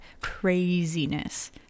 craziness